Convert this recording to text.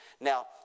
Now